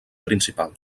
principal